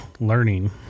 learning